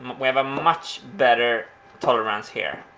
we have a much better tolerance here.